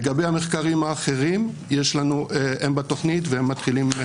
לגבי המחקרים האחרים, הם בתוכנית והם מתחילים.